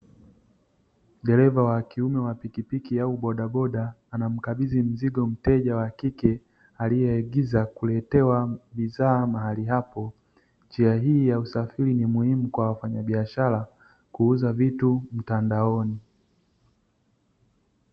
Dereva wa kiume wa pikipiki au bodaboda anamkabidhi mzigo mteja wa kike aliyeagiza kuletewa bidhaa mahali hapo, njia hii ya usafiri ni muhimu kwa wafanyabiashara kuuza vitu mtandaoni.